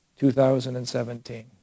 2017